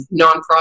nonprofit